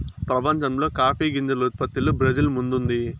ప్రపంచంలో కాఫీ గింజల ఉత్పత్తిలో బ్రెజిల్ ముందుంది